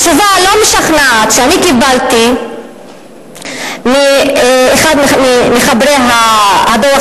התשובה הלא-משכנעת שאני קיבלתי מאחד ממחברי הדוח